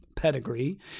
Pedigree